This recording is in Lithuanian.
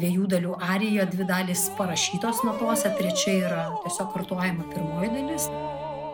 dviejų dalių arija dvi dalys parašytos natose trečia yra tiesiog kartojama pirmoji dalis